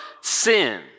sin